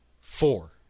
four